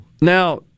Now